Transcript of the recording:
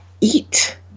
eat